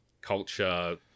culture